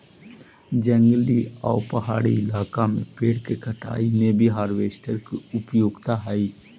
जंगली आउ पहाड़ी इलाका में पेड़ के कटाई में भी हार्वेस्टर के उपयोगिता हई